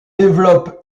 développe